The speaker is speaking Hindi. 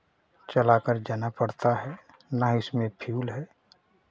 चलाकर जाना पड़ता है ना इसमें फ्यूल है